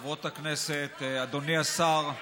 אדוני השר,